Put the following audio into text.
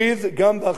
אדוני היושב-ראש,